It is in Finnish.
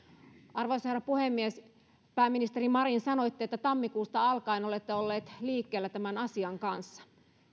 arvoisa herra puhemies pääministeri marin sanoitte että tammikuusta alkaen olette olleet liikkeellä tämän asian kanssa